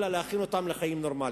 אלא להכין אותם לחיים נורמליים.